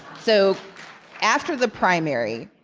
so after the primary,